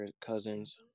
Cousins